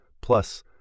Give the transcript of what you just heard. Plus